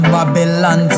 Babylon